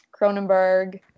cronenberg